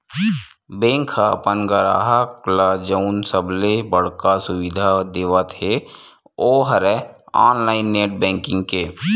bank ह अपन गराहक ल जउन सबले बड़का सुबिधा देवत हे ओ हरय ऑनलाईन नेट बेंकिंग के